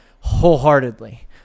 wholeheartedly